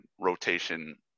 rotation